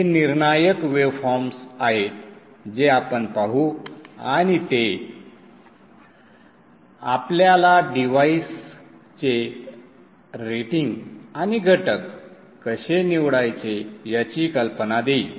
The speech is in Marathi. हे निर्णायक वेवफॉर्म्स आहेत जे आपण पाहू आणि ते आपल्याला डिव्हाइसेसचे रेटिंग आणि घटक कसे निवडायचे याची कल्पना देईल